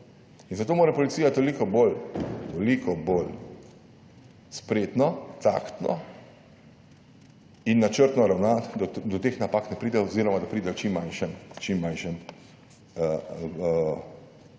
zato mora policija toliko bolj spretno, taktno in načrtno ravnati, da do teh napak ne pride oziroma da pride v čim manjšem v